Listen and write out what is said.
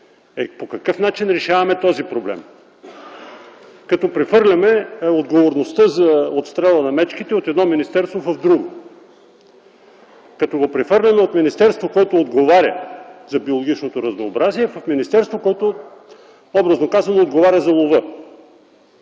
по какъв начин решаваме този проблем? Като прехвърляме отговорността за отстрела на мечките от едно министерство в друго. Като го прехвърляме от министерство, което отговаря за биологичното разнообразие, в министерството, което, образно казано, отговаря за лова.